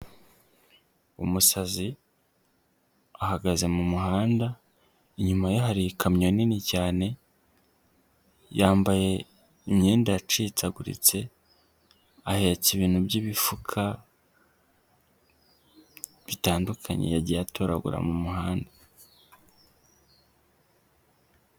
Umusazi ahagaze mu muhanda inyuma ye hari ikamyo nini cyane, yambaye imyenda yacitseguritse ahetse ibintu by'ibifuka, bitandukanye yagiye atoragura mu muhanda.